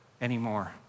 anymore